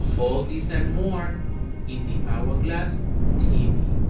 all these and more in the hourglass tv!